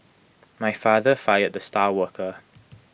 my father fired the star worker